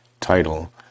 title